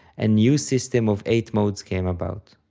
a new system of eight modes came about.